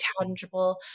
tangible